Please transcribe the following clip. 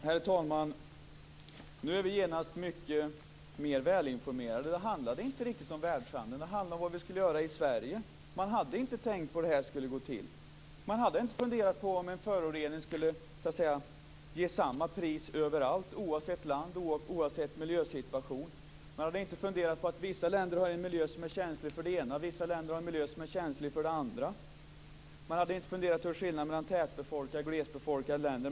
Herr talman! Nu är vi genast mycket mer välinformerade. Det handlade inte riktigt om världshandeln. Det handlade om vad vi skulle göra i Sverige. Man hade inte tänkt på hur det skulle gå till. Man hade inte funderat på om en förorening skulle ha samma pris överallt, oavsett land och oavsett miljösituation. Man hade inte funderat på att vissa länder har en miljö som är känslig för det ena, och att vissa länder har en miljö som är känslig för det andra. Man hade inte funderat över skillnaden mellan tätbefolkade och glesbefolkade länder.